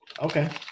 Okay